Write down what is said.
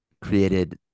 created